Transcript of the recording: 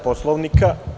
Poslovnika.